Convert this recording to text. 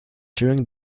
during